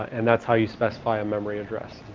and that's how you specify memory address